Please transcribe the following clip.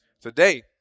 today